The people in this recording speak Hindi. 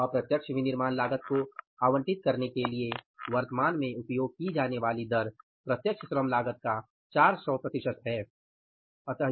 अप्रत्यक्ष विनिर्माण लागत को आवंटित करने के लिए वर्तमान में उपयोग की जाने वाली दर प्रत्यक्ष श्रम लागत का 400 प्रतिशत है